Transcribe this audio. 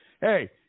Hey